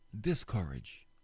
discourage